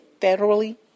federally